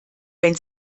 wenn